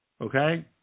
Okay